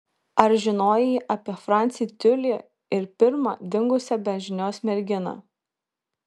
ar žinojai apie francį tiulį ir pirmą dingusią be žinios merginą